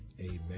Amen